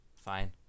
Fine